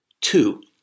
Two